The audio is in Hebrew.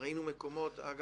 ראינו מקומות אגב,